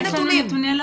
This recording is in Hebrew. אין, אין נתונים.